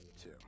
two